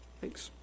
Thanks